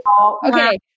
Okay